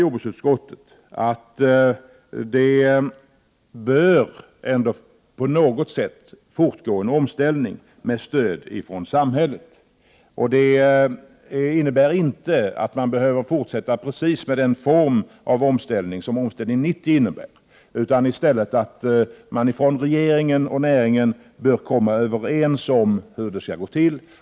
Jordbruksutskottet noterar att en omställning med samhällets stöd ändå bör fortgå på något sätt. Det innebär inte att man behöver fortsätta med just den form av omställning som Omställning 90 innebär, utan regeringen och näringen bör komma överens om hur det skall gå till.